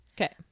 okay